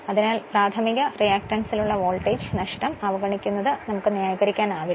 അതിനാൽ പ്രാഥമിക റിയാക്റ്റൻസിലുള്ള വോൾട്ടേജ് നഷ്ടം അവഗണിക്കുന്നതു ന്യായീകരിക്കാനാവില്ല